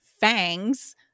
fangs